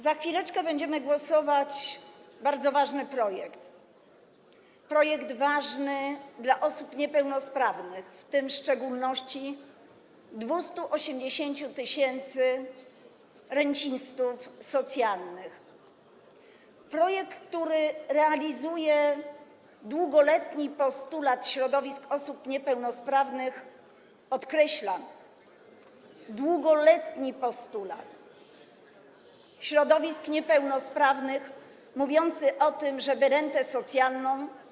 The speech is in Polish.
Za chwileczkę będziemy głosować nad bardzo ważnym projektem, projektem ważnym dla osób niepełnosprawnych, w tym w szczególności dla 280 tys. rencistów socjalnych, projektem, który realizuje długoletni postulat środowisk osób niepełnosprawnych - podkreślam - długoletni postulat środowisk osób niepełnosprawnych, mówiący o tym, żeby rentę socjalną.